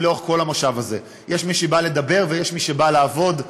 לאורך כל המושב הזה: יש מי שבא לדבר ויש מי שבא לעבוד.